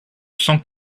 sans